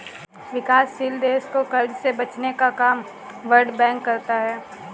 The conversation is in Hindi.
विकासशील देश को कर्ज से बचने का काम वर्ल्ड बैंक करता है